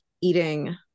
eating